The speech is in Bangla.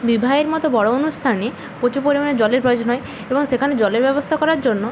বিবাহের মতো বড় অনুষ্ঠানে প্রচুর পরিমাণে জলের প্রয়োজন হয় এবং সেখানে জলের ব্যবস্থা করার জন্য